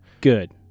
Good